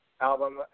album